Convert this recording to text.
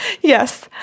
Yes